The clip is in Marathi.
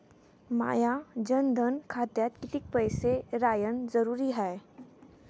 माया जनधन खात्यात कितीक पैसे रायन जरुरी हाय?